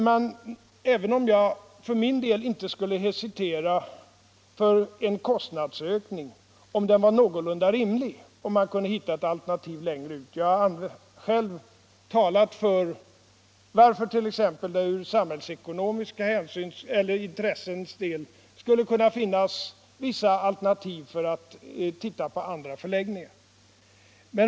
Jag skulle för min del inte hesitera inför en någorlunda rimlig kostnadsökning, om man kunde hitta ett alternativ längre ut; jag har själv utvecklat varför det med utgångspunkt i samhällsekonomiska intressen skulle kunna finnas skäl att undersöka andra förläggningar.